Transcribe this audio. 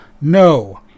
no